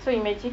so imagine